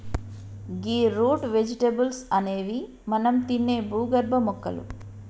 గీ root vegetables అనేవి మనం తినే భూగర్భ మొక్కలు